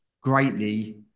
greatly